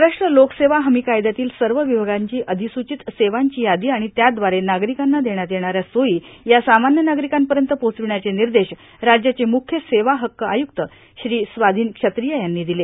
महाराष्ट्र लोकसेवा हमी कायद्यातील सर्व विभागांची अधिस्रचित सेवांची यादी आणि त्याद्वारे नागरिकांना देण्यात येणाऱ्या सोयी या सामान्य नागरिकांपर्यंत पोहचविण्याचे निर्देश राज्याचे मुख्य सेवा हक्क आयुक्त श्री स्वाधीन क्षत्रिय यांनी दिले